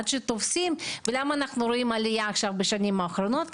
למה אנחנו רואים עלייה בשנים האחרונות?